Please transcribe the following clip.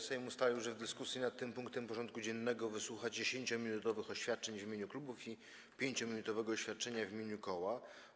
Sejm ustalił, że w dyskusji nad tym punktem porządku dziennego wysłucha 10-minutowych oświadczeń w imieniu klubów i 5-minutowego oświadczenia w imieniu koła.